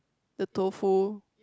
the tofu